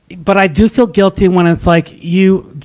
but i do feel guilty when it's, like, you,